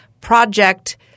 project